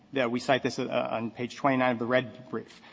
that we cite this ah on page twenty nine of the red brief,